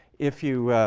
if you